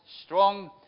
strong